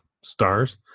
stars